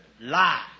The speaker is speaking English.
Lie